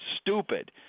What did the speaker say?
stupid